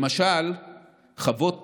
למשל חוות